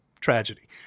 tragedy